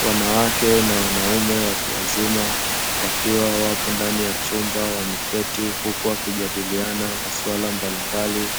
Wanawake na wanaume watu wazima wakiwa wapo ndani ya chumba wameketi huku wakijadiliana maswala mbalimbali,